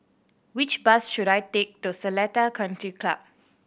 which bus should I take to Seletar Country Club